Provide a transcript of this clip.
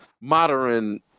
modern